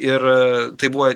ir tai buvo